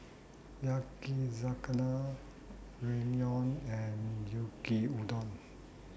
Yakizakana Ramyeon and Yaki Udon